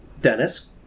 dennis